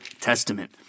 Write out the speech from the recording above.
Testament